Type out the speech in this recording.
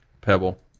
Pebble